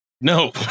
No